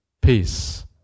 peace